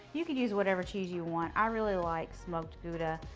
you can use whatever cheese you want. i really like smoked gouda.